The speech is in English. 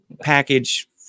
package